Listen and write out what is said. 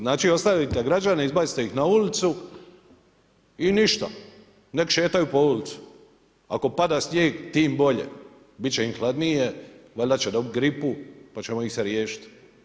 Znači ostavite građane, izbacite ih na ulicu i ništa, neka šetaju po ulici, ako pada snijeg, tim bolje, biti će im hladnije, valjda će dobiti gripu pa ćemo ih se riješiti.